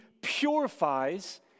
purifies